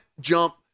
jump